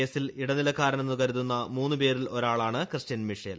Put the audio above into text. കേസിൽ ഇടനിലക്കാരെന്നു കരുതുന്ന മൂന്ന് പേരിൽ ഒരാളാണ് ക്രിസ്റ്റ്യൻ മിഷേൽ